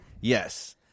Yes